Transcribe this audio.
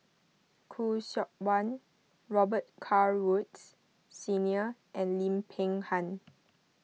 Khoo Seok Wan Robet Carr Woods Senior and Lim Peng Han